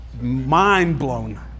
mind-blown